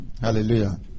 Hallelujah